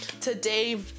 today